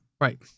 Right